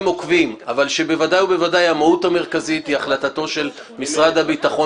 עוקבים אבל שבוודאי ובוודאי המהות המרכזית היא החלטתו של משרד הביטחון